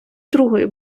другою